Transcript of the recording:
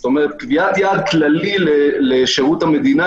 זאת אומרת קביעת יעד כללי לשירות המדינה.